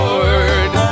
Lord